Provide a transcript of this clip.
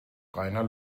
reiner